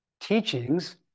teachings